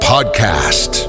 podcast